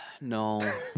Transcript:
No